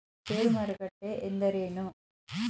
ಷೇರು ಮಾರುಕಟ್ಟೆ ಎಂದರೇನು?